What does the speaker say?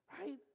Right